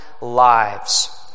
lives